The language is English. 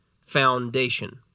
foundation